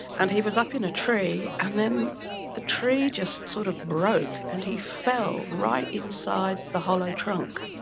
and he was up in a tree, and then the tree just sort of broke and he fell right inside the hollow trunk.